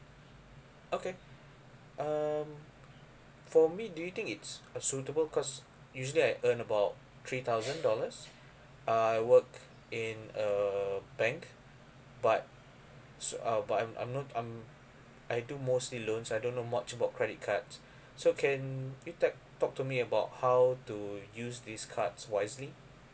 okay um for me do you think it's a suitable cause usually I earn about three thousand dollars I work in a bank but s~ um but I'm I'm not I'm I do mostly loans I don't know much about credit cards so can you tag talk to me about how to use this card wisely